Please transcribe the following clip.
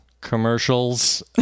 commercials